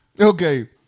Okay